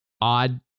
odd